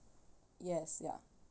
yes ya